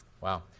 Wow